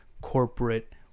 corporate